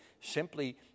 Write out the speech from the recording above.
simply